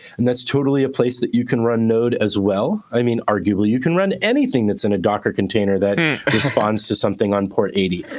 and that's totally a place that you can run node as well. i mean arguably, you can run anything that's in a docker container that responds to something on port eighty.